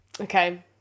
okay